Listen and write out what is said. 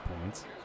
points